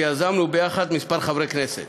שיזמנו ביחד כמה חברי כנסת.